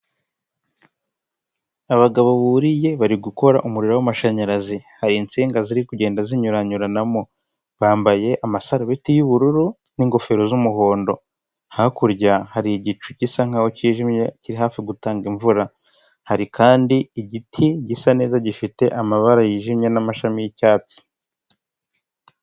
Abagabo buriye bari gukora umuriro w'amashanyarazi hari insinga ziri kugenda zinyuranyuranamo, bambaye amasarubeti y'ubururu n'ingofero z'umuhondo kakurya hari igicu gisa nk'aho kijimye kiri hafi gutanga imvura, hari kandi igiti gisa neza gifite amabara yijimye namashami y'icyatsi.